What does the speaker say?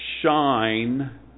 shine